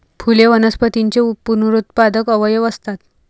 फुले वनस्पतींचे पुनरुत्पादक अवयव असतात